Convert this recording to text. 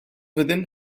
within